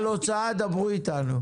על הוצאה דברו איתנו'.